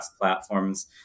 platforms